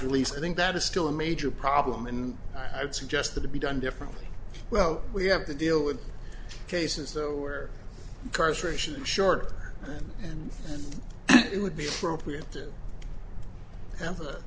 releases i think that is still a major problem and i'd suggest that it be done differently well we have to deal with cases where cars ration short and it would be appropriate to have a